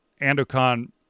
Andocon